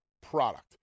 product